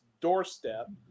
doorstep